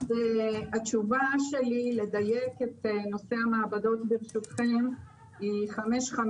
התשובה שלי לדייק את נושא המעבדות היא חמש-חמש.